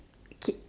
kid